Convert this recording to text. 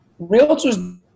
realtors